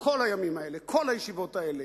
כל הימים האלה, כל הישיבות האלה.